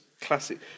Classic